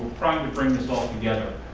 trying to bring this all together.